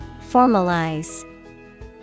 Formalize